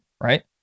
right